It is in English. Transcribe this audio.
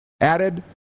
added